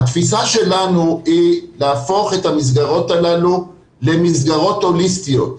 התפיסה שלנו היא להפוך את המסגרות הללו למסגרות הוליסטיות,